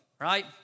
right